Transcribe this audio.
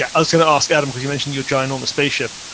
i was going to ask adam, cause you mentioned your ginormous spaceship.